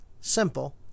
simple